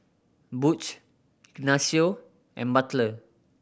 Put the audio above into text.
Butch Ignacio and Butler